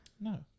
no